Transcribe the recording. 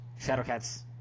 Shadowcat's